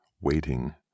waiting